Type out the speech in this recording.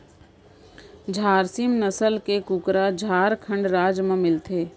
झारसीम नसल के कुकरा झारखंड राज म मिलथे